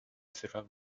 四川